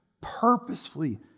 purposefully